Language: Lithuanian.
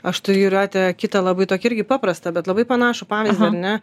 aš turiu jūratę kitą labai tokį irgi paprastą labai panašų pavyzdį ar ne